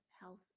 health